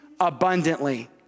abundantly